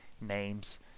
names